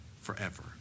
forever